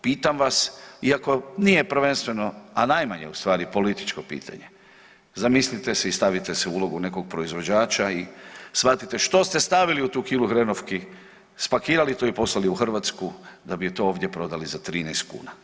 Pitam vas, iako nije prvenstveno, a najmanje ustvari političko pitanje, zamislite si i stavite se u ulogu nekog proizvođača i shvatite što ste stavili u tu kilu hrenovki, spakirali to i poslali u Hrvatsku da bi to ovdje prodali za 13 kuna?